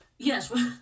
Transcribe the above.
Yes